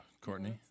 Courtney